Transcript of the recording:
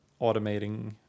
automating